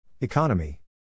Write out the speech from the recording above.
Economy